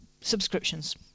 Subscriptions